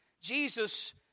Jesus